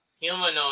Humanoid